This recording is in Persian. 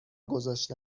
گذاشته